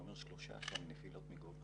13 מנפילות מגובה.